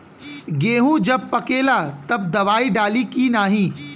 गेहूँ जब पकेला तब दवाई डाली की नाही?